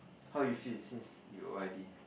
how you feel since you o_r_d